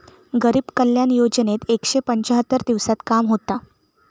गरीब कल्याण योजनेत एकशे पंच्याहत्तर दिवसांत काम होता